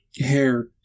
hair